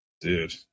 Dude